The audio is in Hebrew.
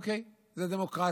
אוקיי, זה דמוקרטי.